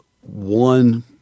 one